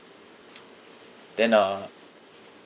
then uh